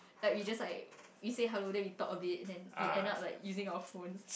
like you just like we say hello then we talk a bit then we end up like using our phones